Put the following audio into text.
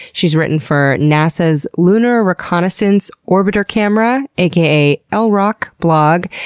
she's written for nasa's lunar reconnaissance orbiter camera, a k a. ah lroc blog,